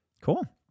Cool